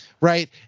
right